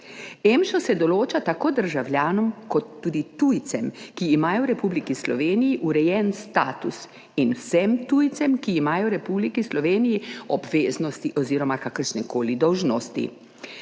EMŠO se določa tako državljanom kot tudi tujcem, ki imajo v Republiki Sloveniji urejen status, in vsem tujcem, ki imajo v Republiki Sloveniji obveznosti oziroma kakršnekoli dolžnosti.